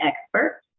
expert